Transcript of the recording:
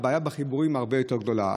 הבעיה בחיבורים הרבה יותר גדולה.